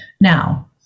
now